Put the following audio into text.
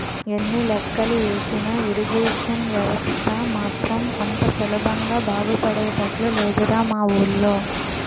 ఎన్ని లెక్కలు ఏసినా ఇరిగేషన్ వ్యవస్థ మాత్రం అంత సులభంగా బాగుపడేటట్లు లేదురా మా వూళ్ళో